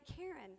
Karen